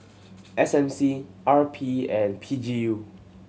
S M C R P and P G U